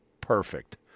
perfect